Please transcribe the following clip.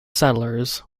settlers